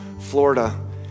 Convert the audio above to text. Florida